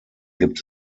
gibt